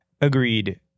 Agreed